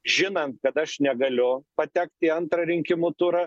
žinant kad aš negaliu patekt į antrą rinkimų turą